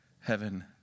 Heaven